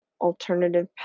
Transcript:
alternative